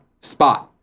spot